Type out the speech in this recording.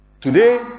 Today